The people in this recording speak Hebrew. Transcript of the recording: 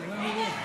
תצביע.